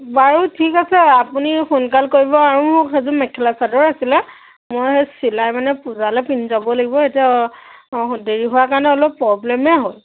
বাৰু ঠিক আছে আপুনি সোনকাল কৰিব আৰু মোক সেইযোৰ মেখেলা চাদৰ আছিলে মই সেই চিলাই মানে পূজালে পিন্ধি যাব লাগিব এতিয়া দেৰি হোৱাৰ কাৰণে অলপ প্ৰব্লেমেই হ'ল